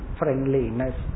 friendliness